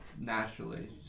naturally